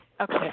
Okay